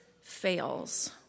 fails